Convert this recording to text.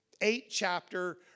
eight-chapter